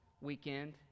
weekend